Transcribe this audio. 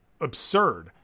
absurd